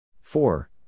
Four